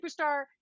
superstar